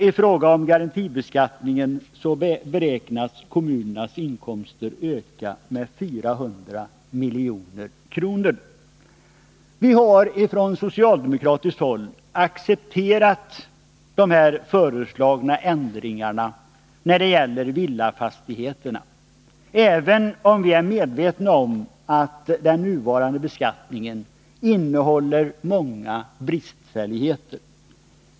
I fråga om garantibeskattningen beräknas kommunernas inkomster öka med 400 milj.kr. Vi har från socialdemokratiskt håll accepterat de föreslagna ändringarna när det gäller villafastigheterna, även om vi är medvetna om att den nuvarande beskattningen innehåller många bristfälligheter.